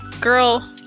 girl